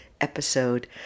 episode